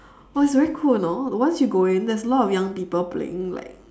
oh it's very cool you know once you go in there is a lot of young people playing like